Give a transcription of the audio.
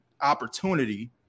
opportunity